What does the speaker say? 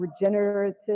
regenerative